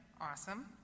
Awesome